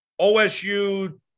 OSU